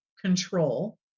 control